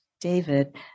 David